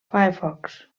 firefox